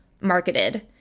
marketed